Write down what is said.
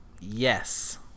yes